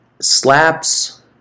slaps